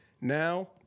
now